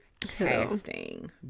Casting